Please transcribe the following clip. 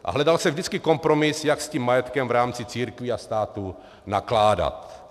A hledal se vždycky kompromis, jak s tím majetkem v rámci církví a státu nakládat.